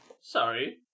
Sorry